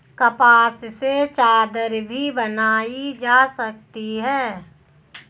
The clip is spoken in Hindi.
कपास से चादर भी बनाई जा सकती है